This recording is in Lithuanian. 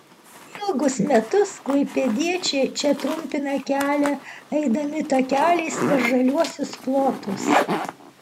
ilgus metus klaipėdiečiai čia trumpina kelią eidami takeliais per žaliuosius plotus